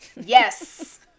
Yes